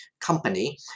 company